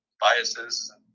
biases